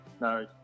No